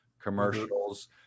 commercials